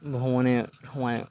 ভ্রমণের সময়